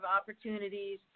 opportunities